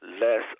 less